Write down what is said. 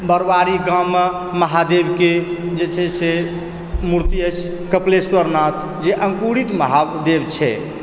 बरवारी गाँवमे महादेवके जे छै से मुर्ति अछि कपिलेश्वर नाथ जे अङ्कुरित महादेव छै